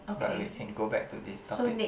but we can go back to this topic